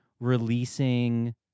releasing